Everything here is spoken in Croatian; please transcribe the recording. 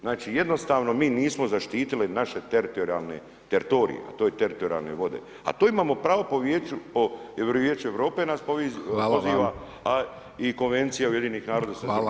Znači jednostavno mi nismo zaštitili naši teritorijalni, teritorij a to su teritorijalne vode a to imamo pravo po Vijeću, i Vijeće Europe nas poziva a i Konvencija UN-a